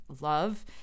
love